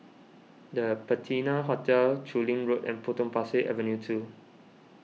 the Patina Hotel Chu Lin Road and Potong Pasir Avenue two